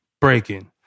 Breaking